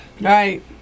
Right